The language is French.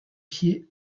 pied